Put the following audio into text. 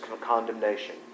condemnation